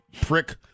prick